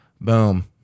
Boom